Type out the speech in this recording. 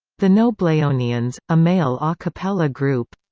the nobleonians, a male a cappella group